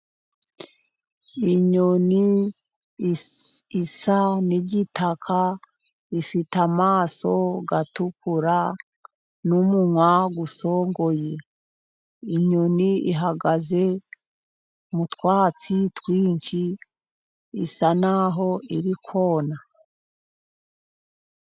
Inyoni isa n'igitaka, ifite amaso atukura n'umunwa usongoye, inyoni ihagaze mu twatsi twinshi, isa naho iri kona.